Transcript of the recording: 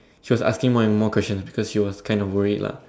she was asking more and more questions because she was kind of worried lah